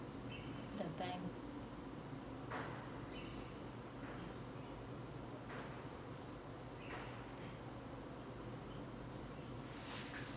the bank